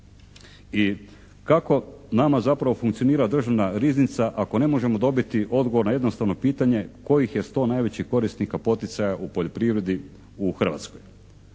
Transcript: i kako nama zapravo funkcionira Državna riznica ako ne možemo dobiti odgovor na jednostavno pitanje kojih je 100 najvećih korisnika poticaja u poljoprivredi u Hrvatskoj?